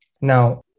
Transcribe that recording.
Now